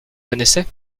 connaissait